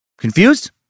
Confused